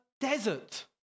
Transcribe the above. desert